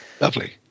lovely